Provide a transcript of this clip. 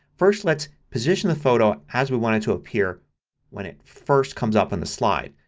first let's position the photo as we want it to appear when it first comes up on the slide.